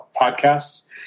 podcasts